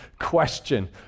question